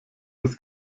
das